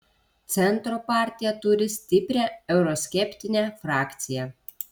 centro partija turi stiprią euroskeptinę frakciją